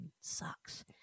sucks